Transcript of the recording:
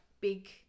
big